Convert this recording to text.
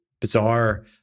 bizarre